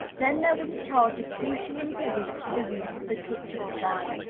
then there was a charge of two shillings a week for the use of the kitchen-fire,